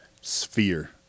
sphere